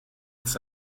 it’s